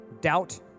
doubt